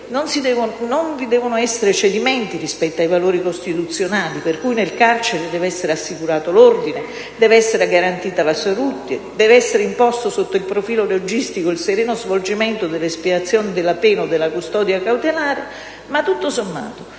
non vi devono essere cedimenti rispetto ai valori costituzionali, per cui nel carcere deve essere assicurato l'ordine, deve essere garantita la salute e imposto sotto il profilo logistico il sereno svolgimento dell'espiazione della pena o della custodia cautelare, ma, tutto sommato,